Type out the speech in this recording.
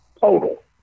total